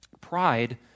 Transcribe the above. pride